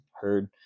heard